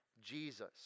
Jesus